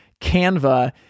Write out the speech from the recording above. Canva